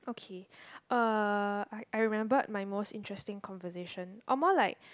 uh I I remembered my most interesting conversation or more like